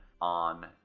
on